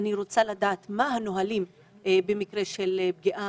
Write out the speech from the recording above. אני רוצה לדעת מה הנהלים במקרה של פגיעה